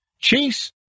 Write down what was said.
Chase